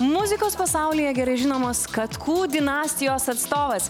muzikos pasaulyje gerai žinomas katkų dinastijos atstovas